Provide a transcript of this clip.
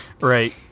right